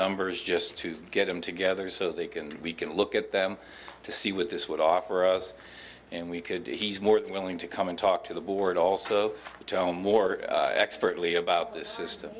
numbers just to get them together so they can we can look at them to see what this would offer us and we could he's more than willing to come and talk to the board also tell more expertly about this system